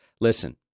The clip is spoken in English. Listen